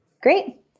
Great